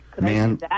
man